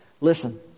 Listen